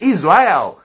Israel